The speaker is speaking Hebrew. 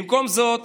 במקום זאת